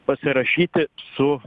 pasirašyti su